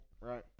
Right